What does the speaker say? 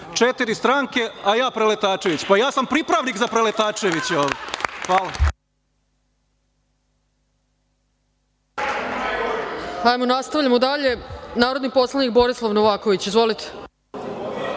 četiri stranke, a ja preletačević, pa ja sam pripravnik za preletačevića ovde. Hvala.